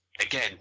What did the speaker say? again